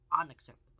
unacceptable